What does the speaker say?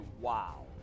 wow